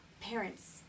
parents